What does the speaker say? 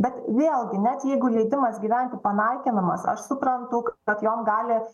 bet vėlgi net jeigu leidimas gyventi panaikinamas aš suprantu kad jom gali